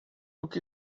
look